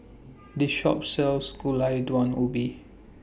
This Shop sells Gulai Daun Ubi